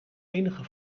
enige